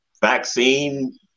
vaccine